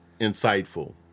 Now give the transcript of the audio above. insightful